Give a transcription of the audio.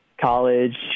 college